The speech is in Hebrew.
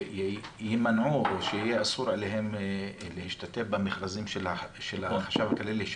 שיימנעו או שיהיה אסור עליהם להשתתף במכרזים של החשב הכללי.